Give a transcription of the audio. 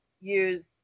use